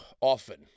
often